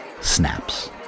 snaps